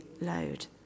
load